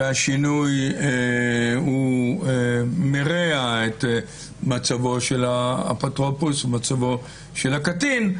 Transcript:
והשינוי מרע את מצבו של האפוטרופוס ומצבו של הקטין,